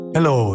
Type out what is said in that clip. Hello